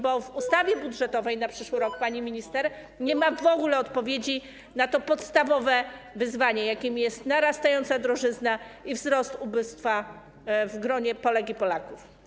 Bo w ustawie budżetowej na przyszły rok, pani minister, nie ma w ogóle odpowiedzi na podstawowe wyzwanie, jakim jest narastająca drożyzna i wzrost ubóstwa w gronie Polek i Polaków.